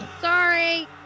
Sorry